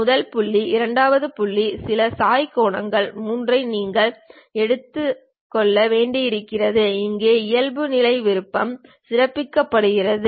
முதல் புள்ளி இரண்டாவது புள்ளி சில சாய்வு கோணம் 3 ஐ நீங்கள் எடுக்க வேண்டியிருப்பதால் இங்கே இயல்புநிலை விருப்பம் சிறப்பிக்கப்படுகிறது